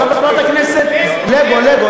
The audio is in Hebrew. חבר הכנסת כבל, לגו,